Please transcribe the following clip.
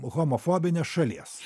homofobinės šalies